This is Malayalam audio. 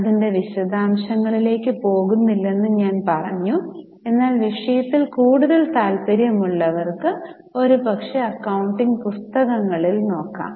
അതിന്റെ വിശദാംശങ്ങളിലേക്ക് പോകുന്നില്ലെന്ന് ഞാൻ പറഞ്ഞു എന്നാൽ വിഷയത്തിൽ കൂടുതൽ താല്പര്യമുള്ളവർക്ക് ഒരുപക്ഷേ അക്കൌണ്ടിംഗ് പുസ്തകങ്ങളിൽ നോക്കാം